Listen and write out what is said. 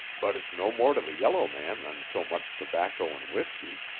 but it's no more to the yellow man than so much tobacco and whiskey.